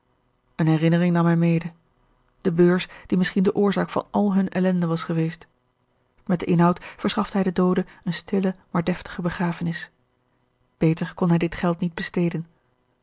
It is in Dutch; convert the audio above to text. eene herinnering nam hij mede de beurs die misschien de oorzaak van al hunne ellende was geweest met den inhoud verschafte hij den doode eene stille maar deftige begrafenis beter kon hij dit geld niet besteden